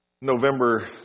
November